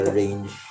range